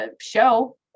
show